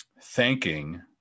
thanking